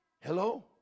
Hello